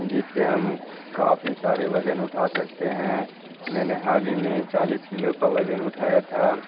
جس سے ہم کافی سارے وزن اٹھا سکتے ہیں میں نے حال ہی میں چالیس کلو کا وزن اٹھایا تھا